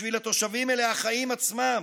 בשביל התושבים אלה החיים עצמם.